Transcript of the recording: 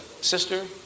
sister